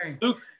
Luke